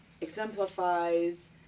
exemplifies